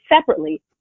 separately